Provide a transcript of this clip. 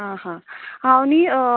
आं हां हांव न्ही